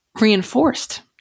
reinforced